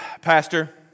pastor